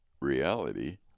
reality